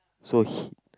so he